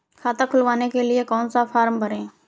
खाता खुलवाने के लिए कौन सा फॉर्म भरें?